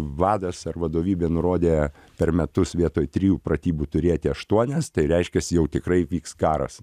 vadas ar vadovybė nurodė per metus vietoj trijų pratybų turėti aštuonias tai reiškias jau tikrai įvyks karas